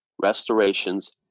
restorations